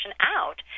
out